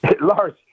Lars